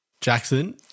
Jackson